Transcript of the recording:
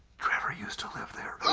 trevor used to live there.